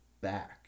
back